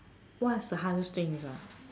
what's the hardest things ah